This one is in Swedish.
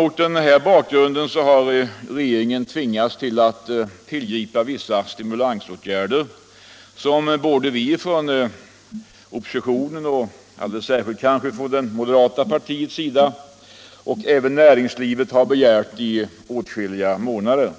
Mot denna bakgrund har regeringen tvingats att tillgripa vissa stimulansåtgärder som både vi från oppositionen — alldeles särskilt från det moderata partiets sida — och näringslivet begärt i flera månader.